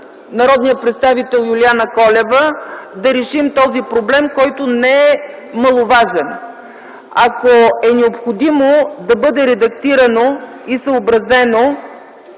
народния представител Юлиана Колева да решим този проблем, който не е маловажен. Ако е необходимо да бъде редактирано и съобразено